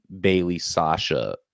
Bailey-Sasha